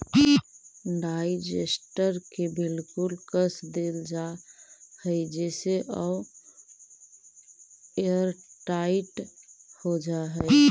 digester के बिल्कुल कस देल जा हई जेसे उ एयरटाइट हो जा हई